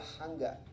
hunger